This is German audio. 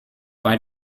bei